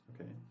okay